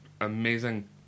amazing